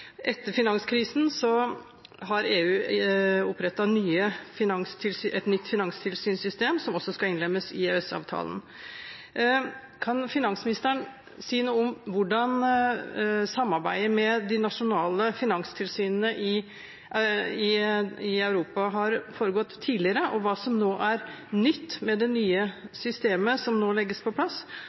Etter finanskrisen har EU opprettet et nytt finanstilsynssystem, som også skal innlemmes i EØS-avtalen. Kan finansministeren si noe om hvordan samarbeidet med de nasjonale finanstilsynene i Europa har foregått tidligere, hva som er nytt med det nye systemet som nå legges på plass,